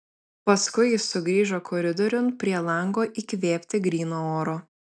paskui jis sugrįžo koridoriun prie lango įkvėpti gryno oro